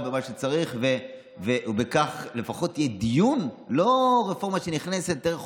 וכל הדברים שחשובים לציבור.